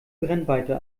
brennweite